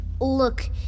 look